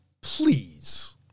please